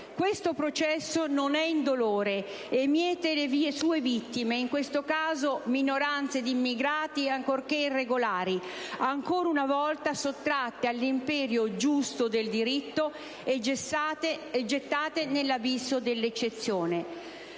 Questo processo non è indolore e miete le sue vittime - in questo caso minoranze d'immigrati, ancorché irregolari - ancora una volta sottratte all'imperio giusto del diritto, e gettate nell'abisso dell'eccezione.